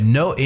no